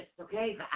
okay